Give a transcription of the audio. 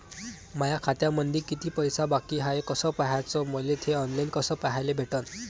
माया खात्यामंधी किती पैसा बाकी हाय कस पाह्याच, मले थे ऑनलाईन कस पाह्याले भेटन?